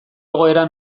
egoera